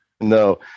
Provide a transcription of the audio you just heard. no